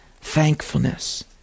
thankfulness